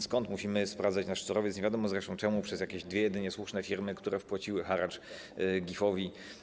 Stąd musimy sprowadzać nasz surowiec, nie wiadomo zresztą czemu, przez jakieś dwie jedynie słuszne firmy, które wpłaciły haracz GIF-owi.